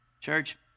Church